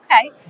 Okay